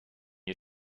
you